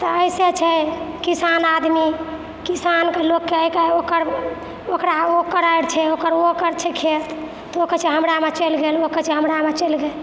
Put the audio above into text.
तऽ ऐसे छै किसान आदमी किसान के लोकके आइकाल्हि ओकर ओकरा ओकर आरि छै ओकर ओकर छै खेत तऽ ओ कहै छै हमरा मे चलि गेल ओ कहै छै हमरा मे चलि गेल